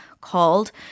called